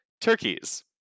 turkeys